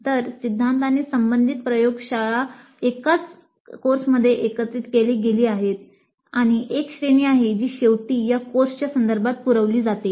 तर सिद्धांत आणि संबंधित प्रयोगशाळा एकाच कोर्समध्ये एकत्रित केली गेली आहेत आणि एक श्रेणी आहे जी शेवटी या कोर्सच्या संदर्भात पुरविली जाते